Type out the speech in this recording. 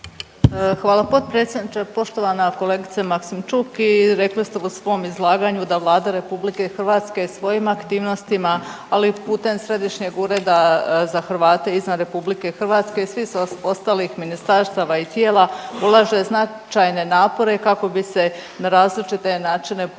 Hvala potpredsjedniče. Poštovana kolegice Maksimčuk i rekli ste u svom izlaganju da Vlada RH svojim aktivnostima, ali i putem Središnjeg ureda za Hrvate izvan RH i svih ostalih ministarstava i tijela ulaže značajne napore kako bi se na različite načine pomoglo